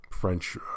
French